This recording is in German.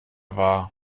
war